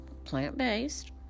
plant-based